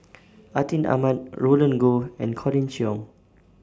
Atin Amat Roland Goh and Colin Cheong